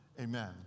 Amen